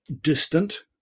distant